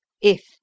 if